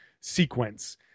sequence